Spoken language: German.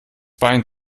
bein